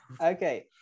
Okay